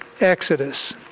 Exodus